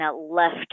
left